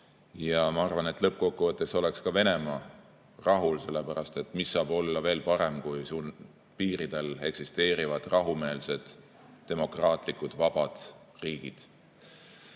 Ma arvan, et lõppkokkuvõttes oleks ka Venemaa rahul, sellepärast et mis saab olla veel parem sellest, kui su piiri taga eksisteerivad rahumeelsed ja demokraatlikud vabad riigid. Aga